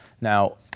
Now